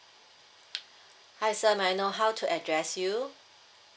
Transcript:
hi sir may I know how to address you